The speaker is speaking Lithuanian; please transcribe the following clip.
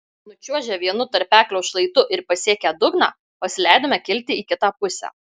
nučiuožę vienu tarpeklio šlaitu ir pasiekę dugną pasileidome kilti į kitą pusę